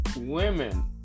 women